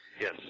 Yes